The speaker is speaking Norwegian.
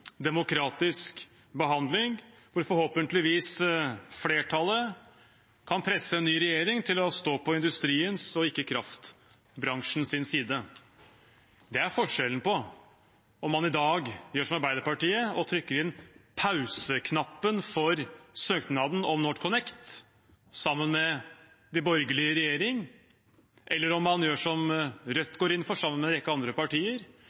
demokratisk behandling, der flertallet forhåpentligvis kan presse en ny regjering til å stå på industriens og ikke kraftbransjens side. Det er forskjellen på om man i dag gjør som Arbeiderpartiet og trykker inn pause-knappen for søknaden om NorthConnect sammen med de borgerlige i regjering, eller om man gjør som Rødt, sammen med en rekke andre partier,